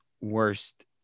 worst